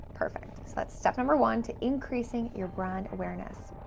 perfect. so that's step number one to increasing your brand awareness.